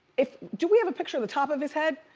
if, do we have a picture of the top of his head?